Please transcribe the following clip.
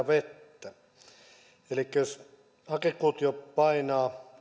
vettä elikkä jos hakekuutio painaa